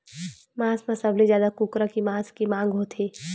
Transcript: मांस म सबले जादा कुकरा के मांस के मांग होथे